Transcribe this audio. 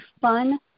fun